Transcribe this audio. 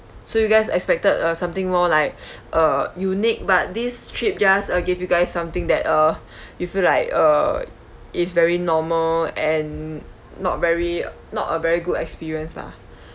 so you guys expected uh something more like uh unique but these trip just uh gives you guys something that uh you feel like uh is very normal and not very not a very good experience lah